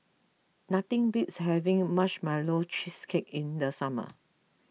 nothing beats having Marshmallow Cheesecake in the summer